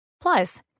Plus